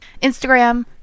Instagram